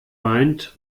weint